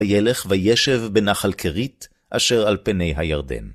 וילך וישב בנחל כרית אשר על פני הירדן.